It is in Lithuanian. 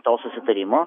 to susitarimo